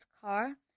car